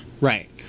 Right